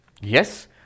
Yes